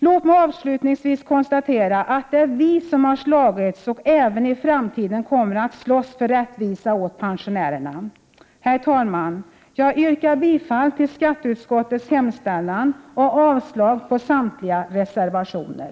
Låt mig avslutningsvis konstatera att det är vi socialdemokrater som har slagits och som även i framtiden kommer att slåss för rättvisa åt pensionärerna! Jag yrkar bifall till skatteutskottets hemställan och avslag på samtliga reservationer.